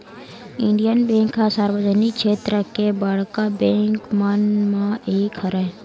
Indian bank ह सार्वजनिक छेत्र के बड़का बेंक मन म एक हरय